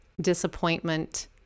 disappointment